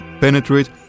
penetrate